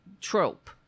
trope